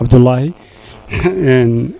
of the light and